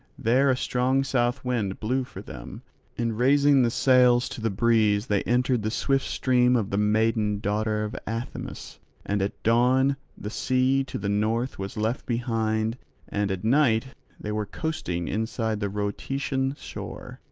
there a strong south wind blew for them and raising the sails to the breeze they entered the swift stream of the maiden daughter of athamas and at dawn the sea to the north was left behind and at night they were coasting inside the rhoeteian shore,